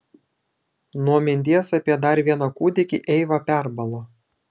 nuo minties apie dar vieną kūdikį eiva perbalo